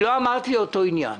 לא אמרתי שזה אותו עניין.